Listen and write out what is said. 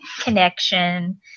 connection